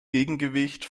gegengewicht